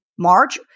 March